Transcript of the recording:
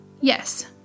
Yes